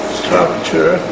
structure